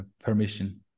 permission